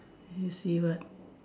you see what